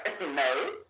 no